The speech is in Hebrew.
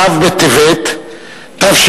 ו' בטבת תשע"א,